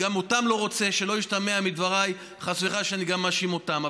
שלא ישתמע מדבריי חס וחלילה שאני מאשים אותם,